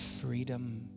freedom